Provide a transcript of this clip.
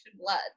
blood